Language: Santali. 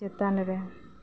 ᱪᱮᱛᱟᱱ ᱨᱮ